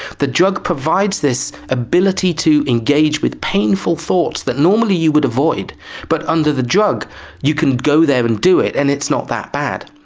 the drug provides this ability to engage with painful thoughts that normally you would avoid but under the drug you can go there and do it and it's not that bad.